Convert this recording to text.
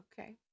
okay